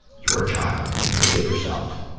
you were a child. forgive yourself.